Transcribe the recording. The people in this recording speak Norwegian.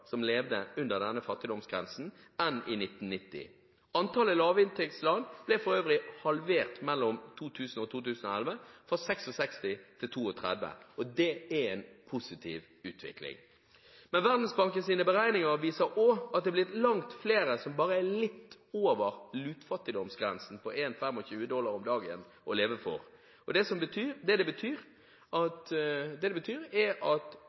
som levde under denne fattigdomsgrensen enn i 1990. Antallet lavinntektsland ble for øvrig halvert mellom 2000 og 2011, fra 66 til 32 land, og det er en positiv utvikling. Men Verdensbankens beregninger viser også at det er blitt langt flere som bare er litt over «lutfattigdomsgrensen» på 1,25 dollar om dagen å leve for, noe som betyr at